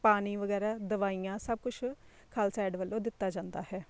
ਪਾਣੀ ਵਗੈਰਾ ਦਵਾਈਆਂ ਸਭ ਕੁਛ ਖਾਲਸਾ ਏਡ ਵੱਲੋਂ ਦਿੱਤਾ ਜਾਂਦਾ ਹੈ